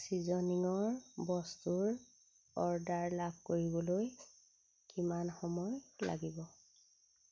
ছিজনিঙৰ বস্তুৰ অৰ্ডাৰ লাভ কৰিবলৈ কিমান সময় লাগিব